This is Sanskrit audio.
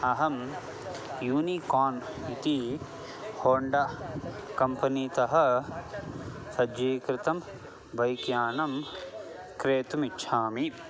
अहं यूनिकान् इति होण्डा कम्पनीतः सज्जीकृतं बैक् यानं क्रेतुम् इच्छामि